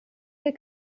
wir